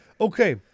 Okay